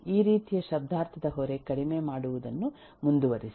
ಈ ರೀತಿಯ ಶಬ್ದಾರ್ಥದ ಹೊರೆ ಕಡಿಮೆ ಮಾಡುವುದನ್ನು ಮುಂದುವರಿಸಿ